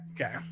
Okay